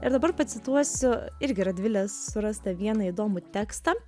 ir dabar pacituosiu irgi radvilės surastą vieną įdomų tekstą